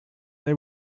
they